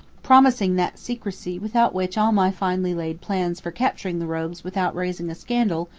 promising that secrecy without which all my finely laid plans for capturing the rogues without raising a scandal,